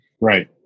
Right